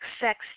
sex